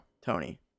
Tony